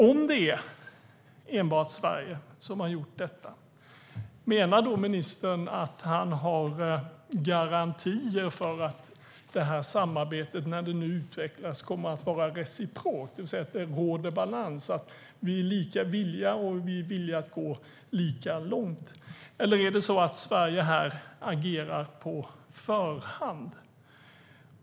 Om enbart Sverige har gjort detta, menar då ministern att han har garantier för att det här samarbetet när det nu utvecklas kommer att vara reciprokt, det vill säga att det råder balans, att vi är lika villiga att gå lika långt? Eller är det så att Sverige här agerar på förhand?